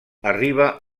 arriba